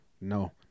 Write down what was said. No